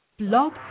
Blog